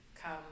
come